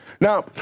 Now